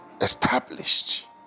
established